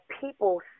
people